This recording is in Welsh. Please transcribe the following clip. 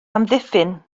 amddiffyn